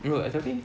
you uh tapi